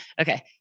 Okay